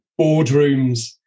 boardrooms